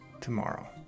tomorrow